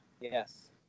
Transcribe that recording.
Yes